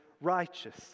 righteous